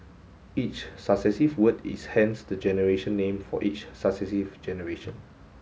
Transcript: each successive word is hence the generation name for each successive generation